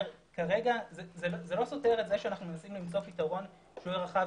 כרגע זה לא סותר את זה שאנחנו רוצים לבדוק פתרון רחב